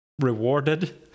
rewarded